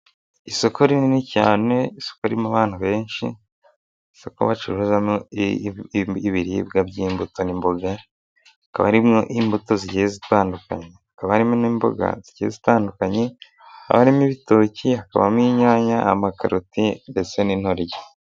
Isoko rinini cyane, isoko ririmo abantu benshi, isoko bacuruzamo ibiribwa by'imbuto n'imboga. Hakaba harimo imbuto zigiye zitandukanye, hakaba harimo n'imboga zigiye zitandukanye, harimo ibitoki, hakabamo inyanya, amakaroti ndetse n'intoryi.